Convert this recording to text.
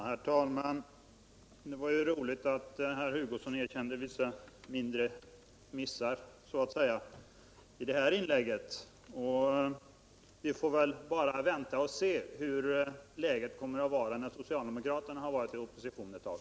Herr talman! Det var roligt att herr Hugosson i det här inlägget erkände vissa så att säga mindre missar. Vi får väl vänta och se hur läget är när socialdemokraterna har varit i opposition ett tag.